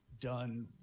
done